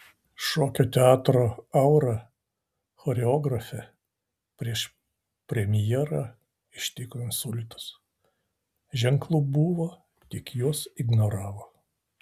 šokio teatro aura choreografę prieš premjerą ištiko insultas ženklų buvo tik juos ignoravo